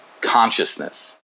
consciousness